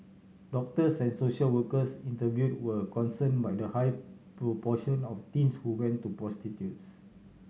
doctors and social workers interviewed were concern by the high proportion of teens who went to prostitutes